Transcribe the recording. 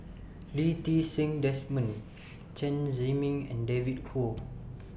Lee Ti Seng Desmond Chen Zhiming and David Kwo